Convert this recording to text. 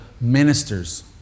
ministers